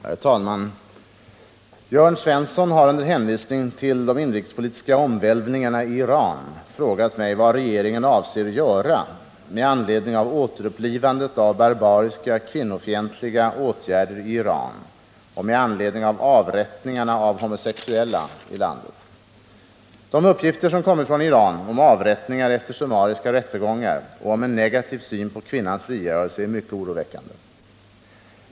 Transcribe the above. Herr talman! Jörn Svensson har under hänvisning till de inrikespolitiska omvälvningarna i Iran frågat mig vad regeringen avser att göra med anledning av återupplivandet av barbariska kvinnofientliga åtgärder i Iran och med anledning av avrättningarna av homosexuella i landet. De uppgifter som kommit från Iran om avrättningar efter summariska rättegångar och om en negativ syn på kvinnans frigörelse är mycket oroväckande.